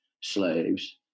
slaves